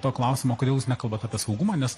to klausimo kodėl jūs nekalbat apie saugumą nes